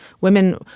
women